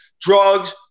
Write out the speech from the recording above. drugs